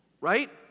right